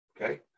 Okay